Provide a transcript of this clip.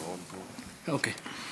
(אומר מילים